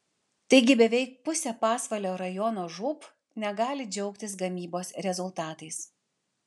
taigi beveik pusė pasvalio rajono žūb negali džiaugtis gamybos rezultatais